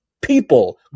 people